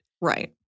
Right